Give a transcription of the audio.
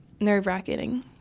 nerve-wracking